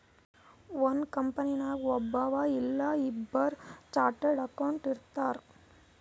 ಒಂದ್ ಕಂಪನಿನಾಗ್ ಒಬ್ಬವ್ ಇಲ್ಲಾ ಇಬ್ಬುರ್ ಚಾರ್ಟೆಡ್ ಅಕೌಂಟೆಂಟ್ ಇರ್ತಾರ್